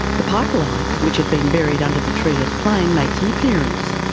the pipeline, which had been buried under the treeless plain makes an appearance.